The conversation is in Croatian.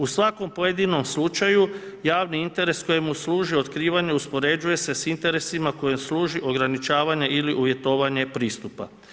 U svakom pojedinom slučaju, javni interes kojemu služe otkrivanju, uspoređuje se s interesima, koji služe ograničavanja ili uvjetovanje i pristupa.